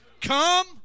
Come